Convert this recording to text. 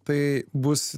tai bus